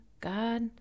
God